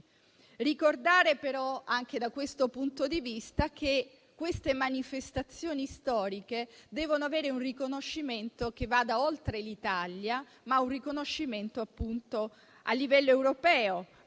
ricordare però, anche da questo punto di vista, che queste manifestazioni storiche devono avere un riconoscimento che vada oltre l'Italia, un riconoscimento, appunto, a livello europeo,